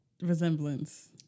resemblance